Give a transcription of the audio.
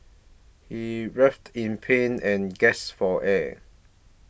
he writhed in pain and gasped for air